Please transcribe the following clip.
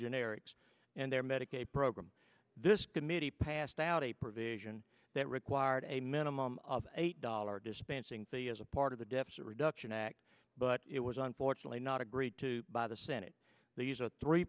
generics and their medicaid program this committee passed out a provision that required a minimum of eight dollars dispensing the as a part of the deficit reduction act but it was unfortunately not agreed to by the senate these are three